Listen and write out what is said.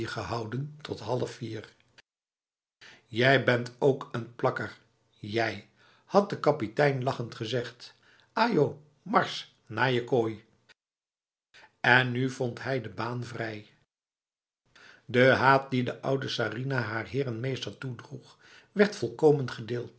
gehouden tot half vienj jij bent ook een plakker jij had de kapitein lachend gezegd ajo mars naar je kooi en nu vond hij de baan vrij de haat die de oude sarinah haar heer en meester toedroeg werd volkomen gedeeld